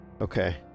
Okay